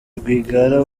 rwigara